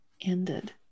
ended